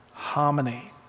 Harmony